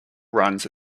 runs